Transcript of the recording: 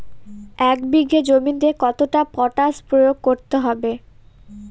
এক বিঘে জমিতে কতটা পটাশ প্রয়োগ করতে হবে?